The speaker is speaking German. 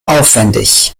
aufwendig